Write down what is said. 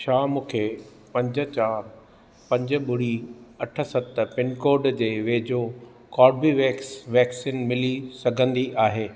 छा मूंखे पंज चारि पंज ॿुड़ी अठ सत पिनकोडु जे वेझो कोर्बीवेक्स वैक्सीन मिली सघंदी आहे